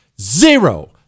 Zero